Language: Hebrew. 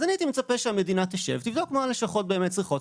הייתי מצפה שהמדינה תשב ותבדוק מה הלשכות באמת צריכות.